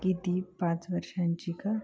किती पाच वर्षांची का